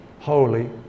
holy